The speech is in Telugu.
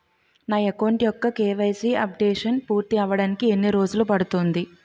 నా అకౌంట్ యెక్క కే.వై.సీ అప్డేషన్ పూర్తి అవ్వడానికి ఎన్ని రోజులు పడుతుంది?